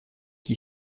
qui